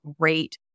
great